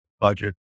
budget